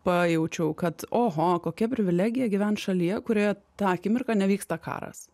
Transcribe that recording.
pajaučiau kad oho kokia privilegija gyvent šalyje kurioje tą akimirką nevyksta karas